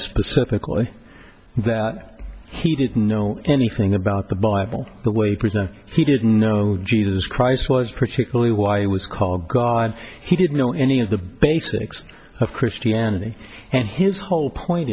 specifically that he didn't know anything about the bible the way he did know jesus christ was particularly why he was called god he didn't know any of the basics of christianity and his whole point